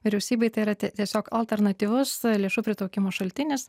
vyriausybei tai yra tiesiog alternatyvus lėšų pritraukimo šaltinis